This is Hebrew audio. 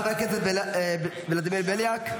חבר הכנסת ולדימיר בליאק.